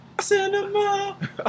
Cinema